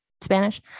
Spanish